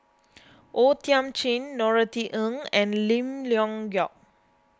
O Thiam Chin Norothy Ng and Lim Leong Geok